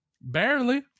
Barely